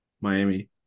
Miami